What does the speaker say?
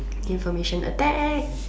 information attack